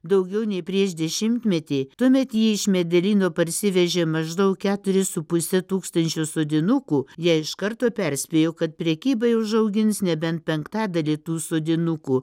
daugiau nei prieš dešimtmetį tuomet ji iš medelyno parsivežė maždaug keturis su puse tūkstančio sodinukų ją iš karto perspėjo kad prekybai užaugins nebent penktadalį tų sodinukų